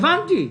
הבנתי.